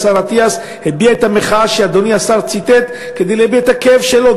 השר אטיאס הביע את המחאה שאדוני השר ציטט כדי להביע את הכאב שלו.